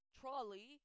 Trolley